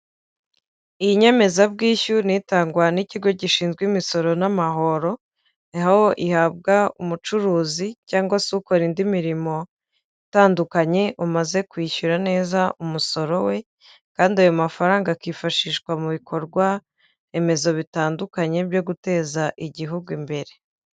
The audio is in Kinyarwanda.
Iyi nyemezabwishyu ni itangwa n'ikigo gishinzwe imisoro n'amahoro, aho ihabwa umucuruzi cyangwa se ukora indi mirimo itandukanye, umaze kwishyura neza umusoro we kandi ayo mafaranga akifashishwa mu bikorwaremezo bitandukanye byo guteza igihugu imbere.